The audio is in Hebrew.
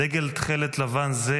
"דגל תכלת-לבן זה,